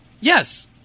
Yes